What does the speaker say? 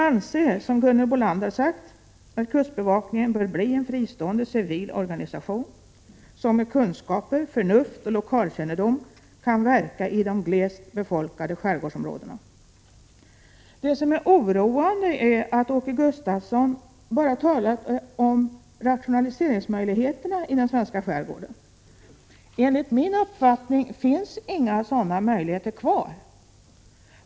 Vi anser, som Gunhild Bolander har sagt, att kustbevakningen bör bli en fristående, civil organisation, som med kunskaper, förnuft och lokalkännedom kan verka i de glest befolkade skärgårdsområdena. Det som är oroande är att Åke Gustavsson bara talat om rationaliseringsmöjligheter i den svenska skärgården. Enligt min uppfattning finns inga sådana möjligheter kvar.